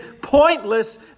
pointless